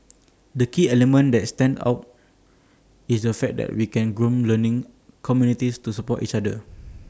the key element that stands out is the fact that we can groom learning communities to support each other